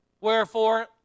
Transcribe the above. Wherefore